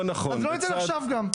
אז לא ניתן עכשיו גם'.